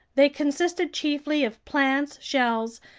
they consisted chiefly of plants, shells,